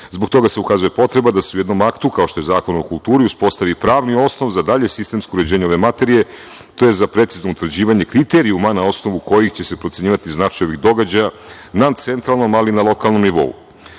itd. Zbog toga se ukazuje potreba da se u jednom aktu, kao što je Zakon o kulturi, uspostavi pravni osnov za dalje sistemsko uređenje ove materije, to jest za precizno utvrđivanje kriterijuma na osnovu kojih će se procenjivati značaj ovih događaja na centralnom, ali i na lokalnom nivou. Dalje,